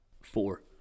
Four